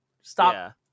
stop